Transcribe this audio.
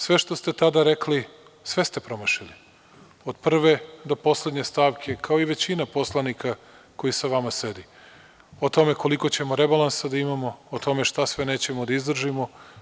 Sve što ste sada rekli, sve ste promašili od prve do poslednje stavke, kao i većina poslanika koji sa vama sede, o tome koliko ćemo rebalansa da imamo, o tome šta sve nećemo da izdržimo.